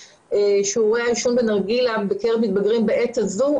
שיעורי עישון נרגילה בקרב מתבגרים בעת הזו,